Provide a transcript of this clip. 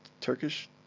Turkish